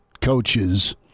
coaches